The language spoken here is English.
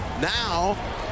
Now